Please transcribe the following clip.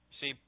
See